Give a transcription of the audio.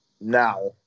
now